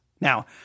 Now